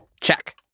Check